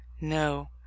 no